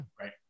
right